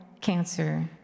cancer